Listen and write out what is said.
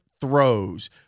throws